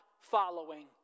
following